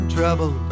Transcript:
trouble